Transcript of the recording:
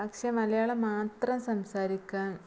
പക്ഷേ മലയാളം മാത്രം സംസാരിക്കാൻ